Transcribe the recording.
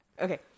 Okay